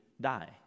die